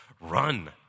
Run